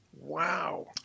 Wow